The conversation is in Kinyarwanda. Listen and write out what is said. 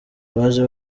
baje